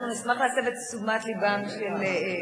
אנחנו נשמח להסב את תשומת לבם של,